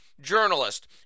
journalist